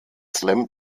slam